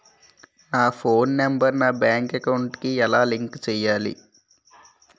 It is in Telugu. నా ఫోన్ నంబర్ నా బ్యాంక్ అకౌంట్ కి ఎలా లింక్ చేయాలి?